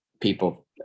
people